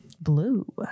Blue